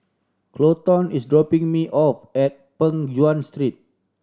Kolton is dropping me off at Peng Nguan Street